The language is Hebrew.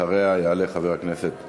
אחריה יעלה חבר הכנסת